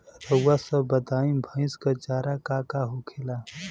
रउआ सभ बताई भईस क चारा का का होखेला?